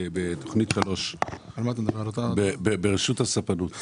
בתוכנית 3, רשות הספנות.